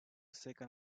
secan